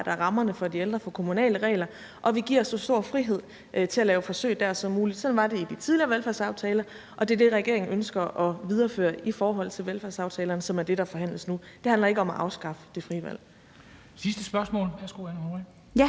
til rammerne for de ældre og kommunale regler, og at vi giver så stor frihed som muligt til at lave forsøg dér. Sådan var det i de tidligere velfærdsaftaler, og det er det, regeringen ønsker at videreføre i forhold til velfærdsaftalerne, som er det, der forhandles nu. Kl. 13:31 Formanden (Henrik Dam Kristensen): Sidste spørgsmål.